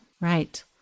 Right